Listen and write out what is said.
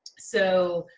so